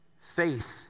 Faith